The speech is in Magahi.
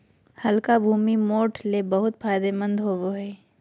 हल्का भूमि, मोठ ले बहुत फायदेमंद होवो हय